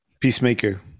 Peacemaker